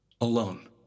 alone